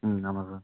ம் ஆமாம் சார்